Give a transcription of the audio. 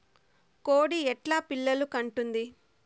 కోడి ఎట్లా పిల్లలు కంటుంది?